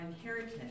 inheritance